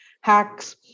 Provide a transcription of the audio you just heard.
hacks